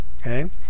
Okay